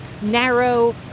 Narrow